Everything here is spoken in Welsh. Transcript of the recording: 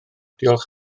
diolch